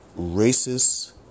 racist